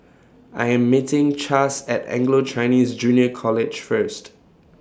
I Am meeting Chas At Anglo Chinese Junior College First